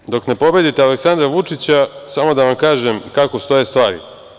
Ali, dok ne pobedite Aleksandra Vučića, samo da vam kažem kako stoje stvari.